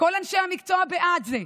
כל אנשי המקצוע בעד זה,